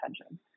attention